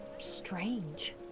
strange